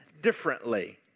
differently